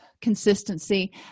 consistency